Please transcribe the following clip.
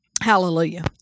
Hallelujah